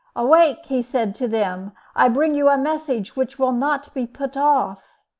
awake! he said to them i bring you a message which will not be put off.